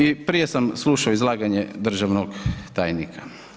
I prije sam slušao izlaganje državnog tajnika.